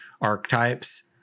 archetypes